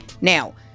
Now